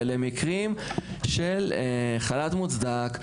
ולמקרים של חל"ת מוצדק,